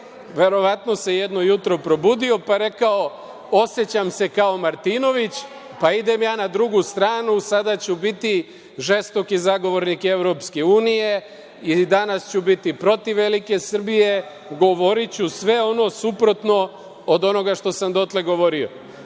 Verovatno se i on jedno jutro probudio, pa rekao – osećam se kao Martinović, pa idem ja na drugu stranu, sada ću biti žestoki zagovornik EU i danas ću biti protiv velike Srbije, govoriću sve ono suprotno od onoga što sam dotle govorio. Kada